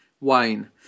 Wine